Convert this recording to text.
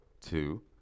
two